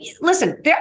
listen